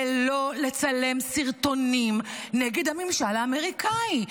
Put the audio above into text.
זה לא לצלם סרטונים נגד הממשל האמריקאי,